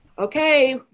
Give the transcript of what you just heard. Okay